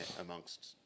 amongst